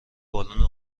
بالن